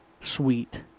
Sweet